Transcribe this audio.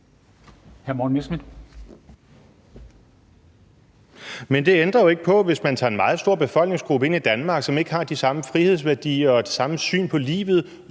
Men det ændrer jo ikke på det. Hvis man tager en meget stor befolkningsgruppe ind i Danmark, som ikke har de samme frihedsværdier og det samme syn på livet,